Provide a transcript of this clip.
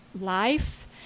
life